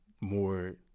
more